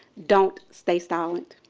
don't stay silent.